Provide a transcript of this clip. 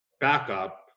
backup